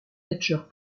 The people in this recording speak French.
catcheur